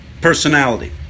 personality